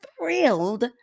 thrilled